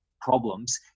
problems